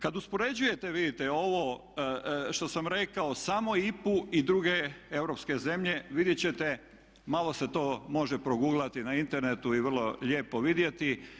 Kad uspoređujete vidite ovo što sam rekao samo IPA-u i druge europske zemlje vidjet ćete malo se to može proguglati na internetu i vrlo lijepo vidjeti.